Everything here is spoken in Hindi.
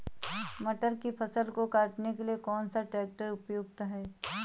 मटर की फसल को काटने के लिए कौन सा ट्रैक्टर उपयुक्त है?